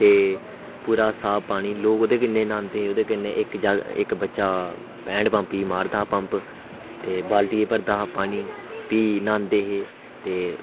ते पूरा साफ पानी लोक ओह्दै नै नहांदे ओह्दै नै ते इक बच्चा हैंड पम्प गी मारदा हा पम्प ते बालटियै च भरदा हा पानी